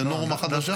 זאת נורמה חדשה?